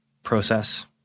Process